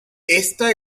ésta